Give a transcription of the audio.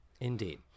Indeed